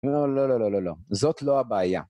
לא, לא, לא, לא, לא, לא, זאת לא הבעיה